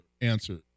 answer